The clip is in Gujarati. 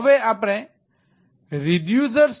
હવે આપણે રિડ્યુસર છે